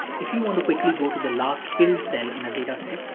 if you want to quickly go to the last filled cell in a data set,